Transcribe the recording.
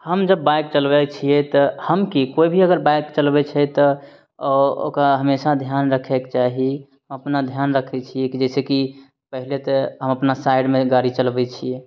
हम जे बाइक चलबै छियै तऽ हम की कोइ भी अगर बाइक चलबै छै तऽ अ ओकरा हमेशा ध्यान रखैके चाही अपना ध्यान रखै छियै जइसे की पहिले तऽ हम अपना साइडमे गाड़ी चलबै छियै